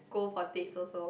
go for date also